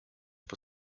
for